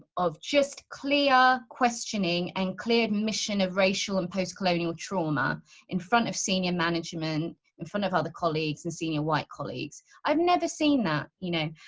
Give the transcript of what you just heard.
of just clear questioning and clear admission of racial and postcolonial trauma in front of senior management in front of other colleagues and senior white colleagues. i've never seen that, you know.